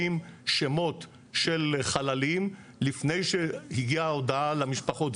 שמות של חללים לפני שהגיעה ההודעה למשפחות.